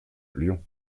lyon